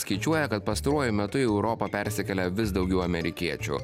skaičiuoja kad pastaruoju metu į europą persikelia vis daugiau amerikiečių